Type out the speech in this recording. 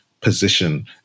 position